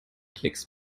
klicks